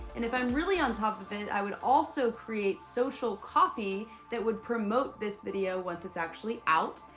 and if i'm really on top of it, i would also create social copy that would promote this video once it's actually out.